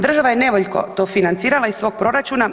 Država je nevoljko to financirala iz svog proračuna.